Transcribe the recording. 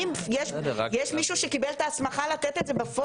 יש מישהו שקיבל את ההסמכה לתת את זה בפועל.